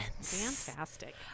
Fantastic